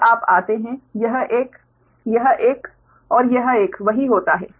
जब आप आते हैं यह एक यह एक और यह एक वही होता है